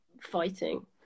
fighting